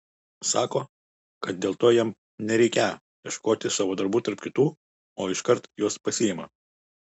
sako kad dėl to jam nereikią ieškoti savo darbų tarp kitų o iškart juos pasiima